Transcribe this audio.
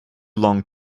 long